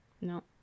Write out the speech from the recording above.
no